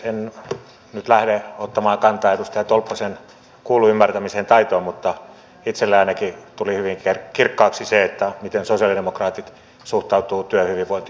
en nyt lähde ottamaan kantaa edustaja tolppasen kuullun ymmärtämisen taitoon mutta itselleni ainakin tuli hyvin kirkkaaksi se miten sosialidemokraatit suhtautuvat työhyvinvointiin